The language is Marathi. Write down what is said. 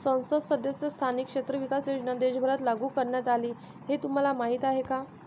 संसद सदस्य स्थानिक क्षेत्र विकास योजना देशभरात लागू करण्यात आली हे तुम्हाला माहीत आहे का?